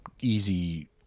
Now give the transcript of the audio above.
easy